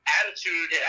attitude